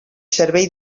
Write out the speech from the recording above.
servei